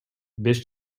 беш